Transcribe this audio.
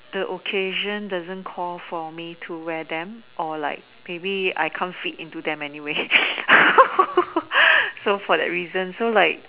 the occasion doesn't call for me to wear them or like maybe I can't fit into them anyway so for that reason so like